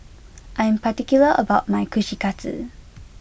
I am particular about my Kushikatsu